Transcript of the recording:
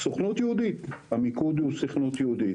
סוכנות יהודית, המיקוד צריך להיות סוכנות יהודית,